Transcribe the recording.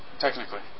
technically